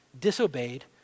disobeyed